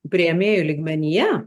priėmėjų lygmenyje